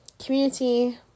Community